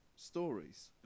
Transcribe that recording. stories